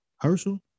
Herschel